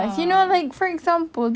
you know like for example that's